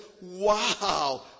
wow